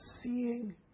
seeing